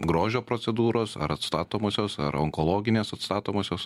grožio procedūros ar atstatomosios ar onkologinės atstatomosios